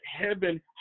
heaven